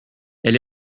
elle